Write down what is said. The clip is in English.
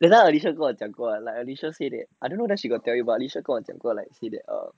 that time alysha 跟我讲过 like alysha said that I don't know whether she got tell you but she told a girl that say like